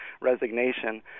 resignation